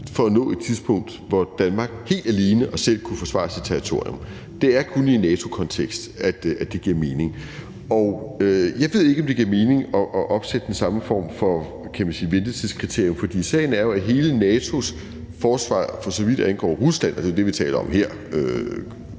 for at nå et tidspunkt, hvor Danmark helt alene og selv kunne forsvare sit territorium. Det er kun i en NATO-kontekst, at det giver mening. Jeg ved ikke, om det giver mening at opsætte den samme form for, kan man sige, ventetidskriterium, for sagen er jo, at hvad angår hele NATO's forsvar, for så vidt angår Rusland, og det er jo det, vi taler om her